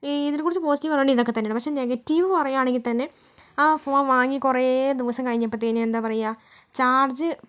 ഇതിനെക്കുറിച്ച് പോസിറ്റീവ് പറയാനാണെങ്കിൽ ഇതൊക്കെ തന്നെയാണ് പക്ഷേ നെഗറ്റീവ് പറയുകയാണെങ്കിൽ തന്നെ ആ ഫോൺ വാങ്ങി കുറെ ദിവസം കഴിഞ്ഞപ്പത്തേനും എന്താ പറയാ ചാർജ്